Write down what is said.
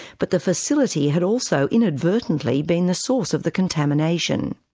but the facility had also inadvertently been the source of the contamination.